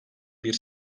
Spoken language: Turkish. bir